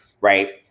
right